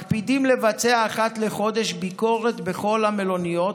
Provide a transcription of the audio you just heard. מקפיד לבצע אחת לחודש ביקורת בכל המלוניות,